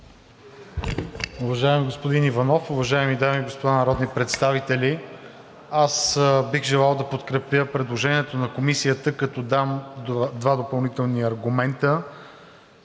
Уважаеми господин Иванов, уважаеми дами и господа народни представители! Аз бих желал да подкрепя предложението на Комисията, като дам два допълнителни аргумента.